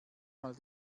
man